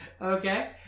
Okay